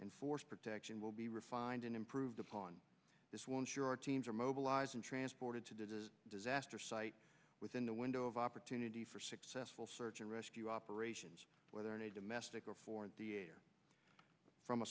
and force protection will be refined and improved upon this will ensure our teams are mobilizing transported to the disaster site within the window of opportunity for successful search and rescue operations whether in a domestic or foreign or from a